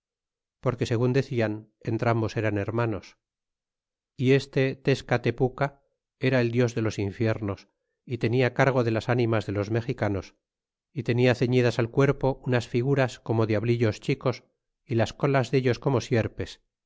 porque segun decian entrambos eran hermanos y este tescatepuca era el dios de los infiernos y tenia cargo de las ánimas de los mexicanos y tenia ceñidas al cuerpo unas figuras como diablillos chicos y las colas dellos como sierpes